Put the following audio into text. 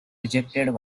rejected